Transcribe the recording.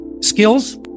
skills